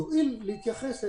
יואיל להתייחס אלינו,